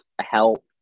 help